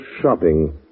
shopping